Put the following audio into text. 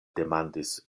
demandis